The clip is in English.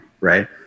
right